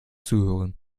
zuhören